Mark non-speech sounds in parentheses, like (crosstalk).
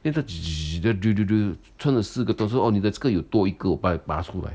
then 他 (noise) 他 drill drill drill 钻了四个洞说 orh 你的这个有多一个我帮你拔出来